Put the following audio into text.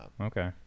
Okay